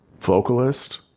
vocalist